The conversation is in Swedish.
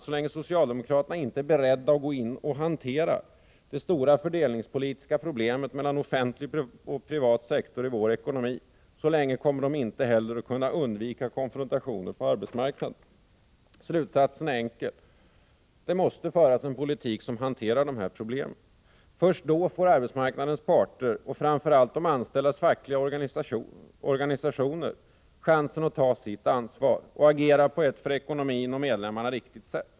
Så länge socialdemokraterna inte är beredda att gå in och hantera det stora fördelningspolitiska problemet vad gäller offentlig och privat sektor i vår ekonomi kommer de inte heller att kunna undvika konfrontationer på arbetsmarknaden. Slutsatsen är enkel: Det måste föras en politik som hanterar dessa problem. Först då får arbetsmarknadens parter, och framför allt de anställdas fackliga organisationer, chansen att ta sitt ansvar och agera på ett för ekonomin och medlemmarna riktigt sätt.